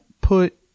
put